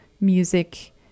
music